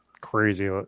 crazy